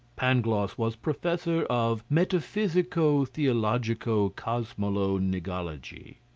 pangloss was professor of metaphysico-theologico-cosmolo-nigology.